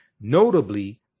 Notably